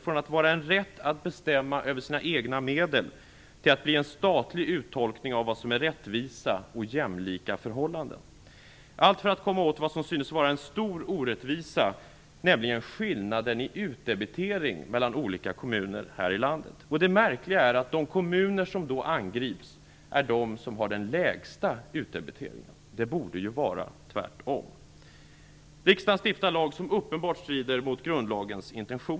I stället för rätten att bestämma över sina egna medel, blir det nu en statlig uttolkning av vad som är rättvisa och jämlika förhållanden. Detta görs för att komma åt vad som synes vara en stor orättvisa, nämligen skillnaden i utdebitering mellan olika kommuner i landet. Det märkliga är att de kommuner som då angrips är de som har den lägsta utdebiteringen. Det borde ju vara tvärtom! Riksdagen stiftar en lag som uppenbart strider mot grundlagens intentioner.